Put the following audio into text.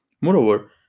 Moreover